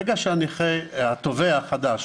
ברגע שהתובע החדש